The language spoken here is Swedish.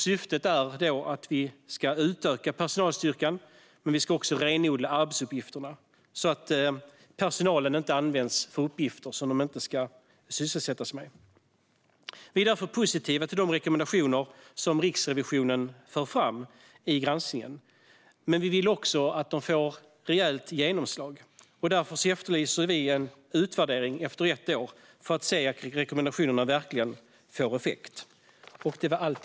Syftet är att personalstyrkan ska utökas men också att arbetsuppgifterna ska renodlas, så att personalen inte används för uppgifter som de inte ska sysselsätta sig med. Vi är därför positiva till de rekommendationer som Riksrevisionen för fram i granskningen. Men vi vill också att de får rejält genomslag. Därför efterlyser vi en utvärdering efter ett år, för att man ska se att rekommendationerna verkligen får effekt.